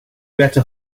better